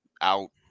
out